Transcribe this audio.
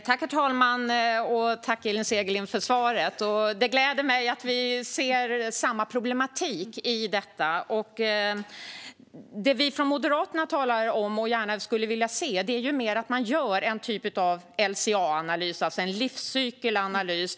Herr talman! Tack, Elin Segerlind, för svaret! Det gläder mig att vi ser samma problematik i detta. Vad vi i Moderaterna talar om och gärna skulle vilja se är att man ska göra ett slags LCA-analys, det vill säga en livscykelanalys.